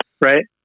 right